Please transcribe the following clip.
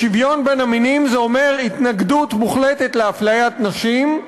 השוויון בין המינים זה אומר התנגדות מוחלטת לאפליית נשים,